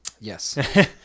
yes